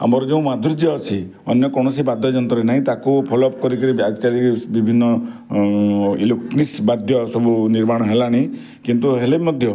ଆମର ଯେଉଁ ମାଧୁର୍ଯ୍ୟ ଅଛି ଅନ୍ୟ କୌଣସି ବାଦ୍ୟ ଯନ୍ତ୍ରରେ ନାହିଁ ତାକୁ ଫଲୋଅପ୍ କରିକିରି ବିଭିନ୍ନ ଇଲେକଟ୍ରୋନିକ୍ସ ବାଦ୍ୟ ସବୁ ନିର୍ମାଣ ହେଲାଣି କିନ୍ତୁ ହେଲେ ବି ମଧ୍ୟ